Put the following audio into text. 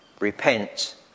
repent